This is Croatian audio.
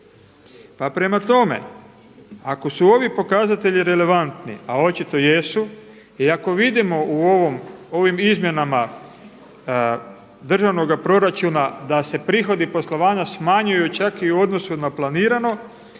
Pa prema tome, ako su ovi pokazatelji relevantni, a očito jesu i ako vidimo u ovim izmjenama državnoga proračun da se prihodi poslovanja smanjuju čak i u odnosu na planirano